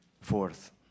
Fourth